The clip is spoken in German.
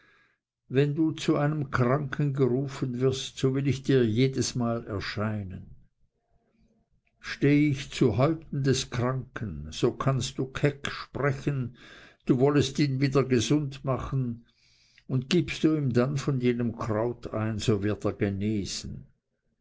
wenn du zu einem kranken gerufen wirst so will ich dir jedesmal erscheinen steh ich zu häupten des kranken so kannst du keck sprechen du wolltest ihn wieder gesund machen und gibst du ihm dann von jenem kraut ein so wird er genesen